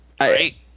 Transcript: Right